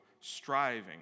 striving